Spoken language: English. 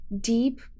deep